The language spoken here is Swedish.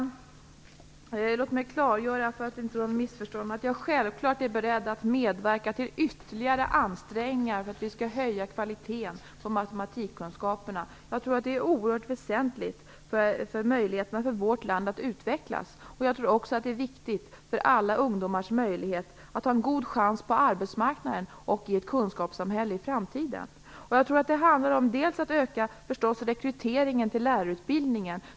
Fru talman! För att det inte skall råda några missförstånd vill jag klargöra att jag självfallet är beredd att medverka till ytterligare ansträngningar för att kvaliteten på matematikkunskaperna skall höjas. Det är oerhört väsentligt för möjligheterna för vårt land att utvecklas. Det är också viktigt för alla ungdomars möjlighet att ha en god chans på arbetsmarknaden och i ett kunskapssamhälle i framtiden. Det handlar om att öka rekryteringen till lärarutbildningen.